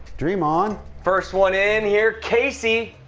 dream on. first one in here casey.